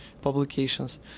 publications